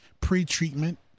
pre-treatment